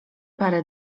parę